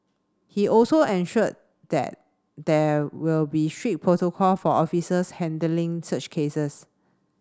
he also ensured that there will be strict protocol for officers handling such cases